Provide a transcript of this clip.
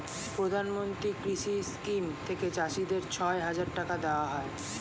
প্রধানমন্ত্রী কৃষি স্কিম থেকে চাষীদের ছয় হাজার টাকা দেওয়া হয়